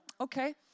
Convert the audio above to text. okay